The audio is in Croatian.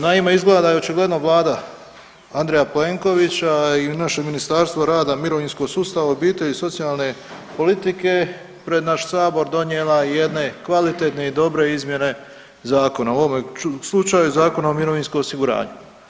Naime, izgleda je očigledno Vlada Andreja Plenkovića i naše Ministarstvo rada i mirovinskog sustava, obitelji i socijalne politike pred naš Sabor donijela i jedne kvalitetne i dobre izmjene zakona, u ovome slučaju Zakona o mirovinskom osiguranju.